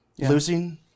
Losing